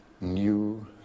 new